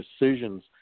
decisions